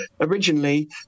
originally